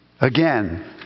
Again